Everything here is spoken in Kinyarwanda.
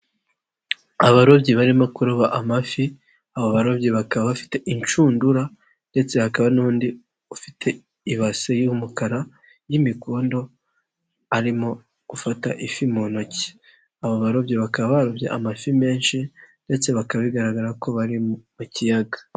Abarobyi barimo kuroba amafi abo barobyi bakaba bafite inshundura ndetse hakaba n'undi ufite ibase y'umukara y'imikondo arimo gufata ifi mu ntoki, aba barobyi bakaba barobye amafi menshi ndetse bikaba bigaragara ko bari mu kiyaga.